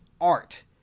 art